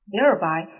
thereby